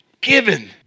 given